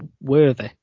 worthy